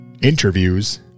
interviews